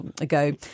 ago